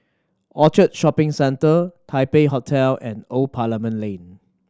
Orchard Shopping Centre Taipei Hotel and Old Parliament Lane